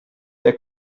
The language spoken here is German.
der